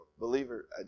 believer